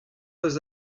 eus